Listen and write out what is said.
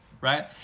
Right